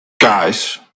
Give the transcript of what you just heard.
guys